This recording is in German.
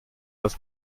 das